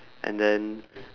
and then